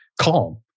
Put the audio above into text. calm